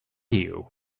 you